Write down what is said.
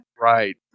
Right